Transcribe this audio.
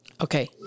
okay